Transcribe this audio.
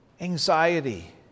anxiety